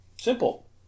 Simple